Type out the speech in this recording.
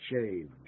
change